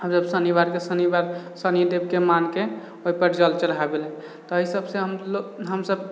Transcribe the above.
हमसब शनिवार के शनिवार शनिदेव के मान के ओहिपर जल चढ़ाबिले तऽ एहिसब से हमसब